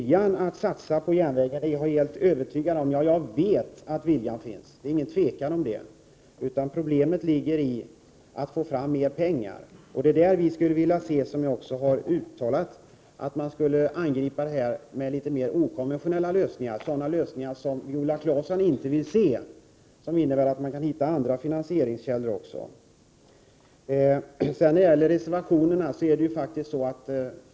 Däremot är det inget tvivel om att viljan att satsa på järnvägen finns. Problemet ligger i att få fram mer pengar. Som jag tidigare har uttalat skulle man behöva angripa detta med litet mer okonventionella lösningar — sådana lösningar som Viola Claesson inte vill se — som innebär att man t.ex. kan hitta andra finansieringskällor.